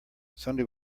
sunday